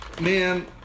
man